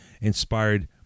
inspired